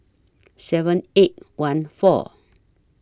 seven eight one four